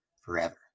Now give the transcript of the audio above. forever